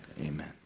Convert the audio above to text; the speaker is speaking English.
amen